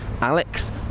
alex